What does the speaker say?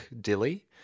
Dilly